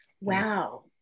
Wow